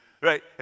Right